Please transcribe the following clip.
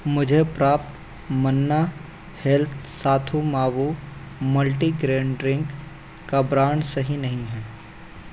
मुझे प्राप्त Manna health Sathu Maavu multigrain drink का ब्रांड सही नहीं है